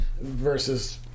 versus